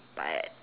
but